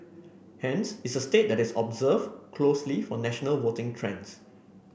hence it's a state that is observe closely for national voting trends